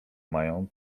mają